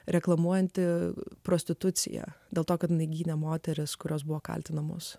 reklamuojanti prostituciją dėl to kad jinai gynė moteris kurios buvo kaltinamos